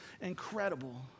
incredible